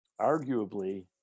arguably